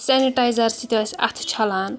sanitiser سۭتۍ سۍ اَتھٕ چھَلان